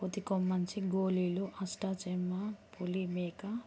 కోతి కొమ్మచ్చి గోలీలు అష్టాచెమ్మా పులి మేక